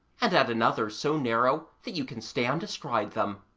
and at another so narrow that you can stand astride them.